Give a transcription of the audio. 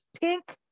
pink